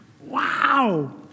Wow